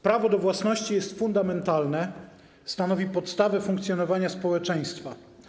Prawo do własności jest fundamentalne, stanowi podstawę funkcjonowania społeczeństwa.